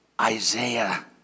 Isaiah